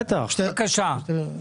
אם א' קונה דירה מקבלן,